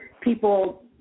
people